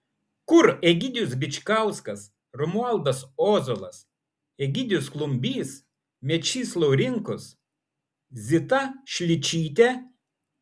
kur egidijus bičkauskas romualdas ozolas egidijus klumbys mečys laurinkus zita šličytė